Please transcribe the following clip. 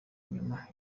inyuma